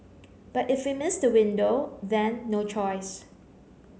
but if we miss the window then no choice